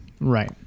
Right